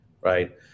right